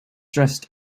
dressed